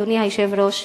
אדוני היושב-ראש,